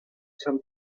some